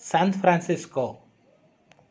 San Francisco